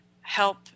help